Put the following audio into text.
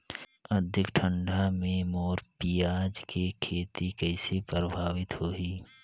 अधिक ठंडा मे मोर पियाज के खेती कइसे प्रभावित होही?